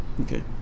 Okay